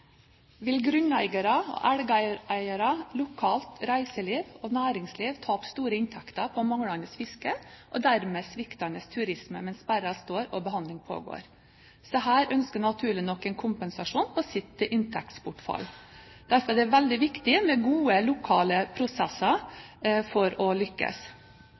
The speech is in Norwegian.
vil grunneiere og elveeiere og lokalt reiseliv og næringsliv tape store inntekter på manglende fiske og dermed sviktende turisme mens sperra står og behandling pågår. Disse ønsker naturlig nok en kompensasjon for sitt inntektsbortfall. Derfor er det veldig viktig med gode lokale prosesser for å lykkes.